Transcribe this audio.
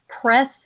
press